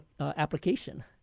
application